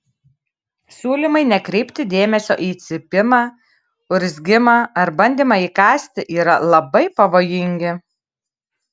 siūlymai nekreipti dėmesio į cypimą urzgimą ar bandymą įkąsti yra labai pavojingi